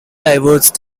divorced